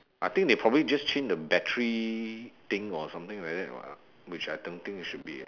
I think they probably just change the battery thing or something like that [what] which I don't think it should be